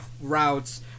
routes